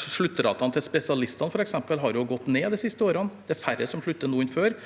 Sluttratene til spesialistene har f.eks. gått ned de siste årene. Det er færre som slutter nå enn før,